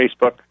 Facebook